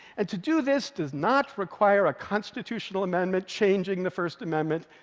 and to do this does not require a constitutional amendment, changing the first amendment.